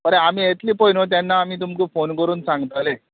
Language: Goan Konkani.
बरें आमी येतली पळय न्हू तेन्ना आमी तुमकां फोन करून सांगताले